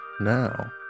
now